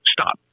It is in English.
Stop